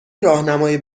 راهنمای